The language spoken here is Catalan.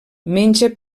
menja